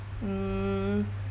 mm